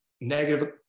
negative